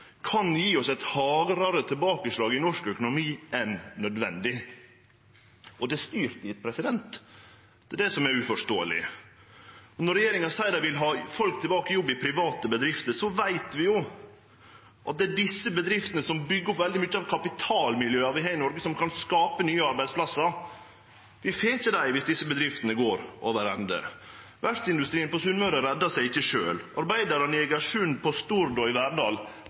kan gje oss eit hardare tilbakeslag i norsk økonomi enn nødvendig. Og det er styrt dit, det er det som er uforståeleg. Når regjeringa seier at dei vil ha folk tilbake i jobb i private bedrifter, veit vi at det er desse bedriftene som byggjer opp veldig mykje av kapitalmiljøa vi har i Noreg, som kan skape nye arbeidsplassar. Vi får ikkje det viss desse bedriftene går over ende. Verftsindustrien på Sunnmøre reddar seg ikkje sjølv. Arbeidarane i Egersund, på Stord og i Verdal